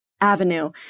Avenue